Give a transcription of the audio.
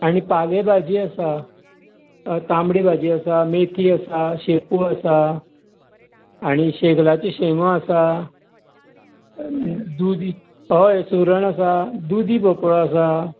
आनी पाले भाजी आसा हय तांबडी भाजी आसा मेथी आसा शेपू आसा आनी शेग्लाची शेंगो आसा दुदी हय सुरण आसा दुदी भोपळो आसा